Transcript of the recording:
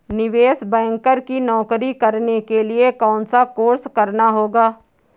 निवेश बैंकर की नौकरी करने के लिए कौनसा कोर्स करना होगा?